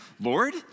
Lord